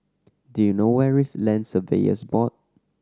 do you know where is Land Surveyors Board